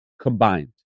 combined